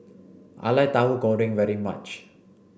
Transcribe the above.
I like Tauhu Goreng very much